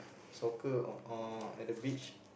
soccer or or at the beach